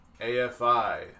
AFI